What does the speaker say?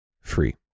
free